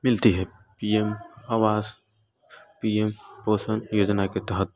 मिलती हैं पीएम आवास पीएम पोषण योजना के तहत